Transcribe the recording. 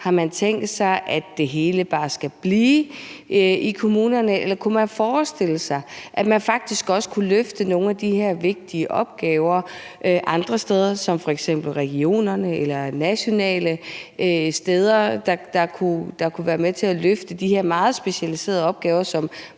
Har man tænkt sig, at det hele bare skal blive i kommunerne? Eller kunne man forestille sig, at man faktisk også kunne løfte nogle af de her vigtige opgaver andre steder som f.eks. regionerne eller nationale steder? De kunne være med til at løfte de her meget specialiserede opgaver, som mange